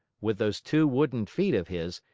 with those two wooden feet of his,